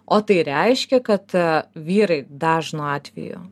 o tai reiškia kad vyrai dažnu atveju